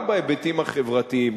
גם בהיבטים החברתיים,